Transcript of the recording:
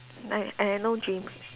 I I have no dreams